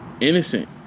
innocent